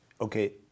okay